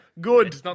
Good